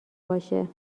باشه